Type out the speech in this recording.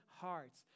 hearts